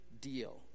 deal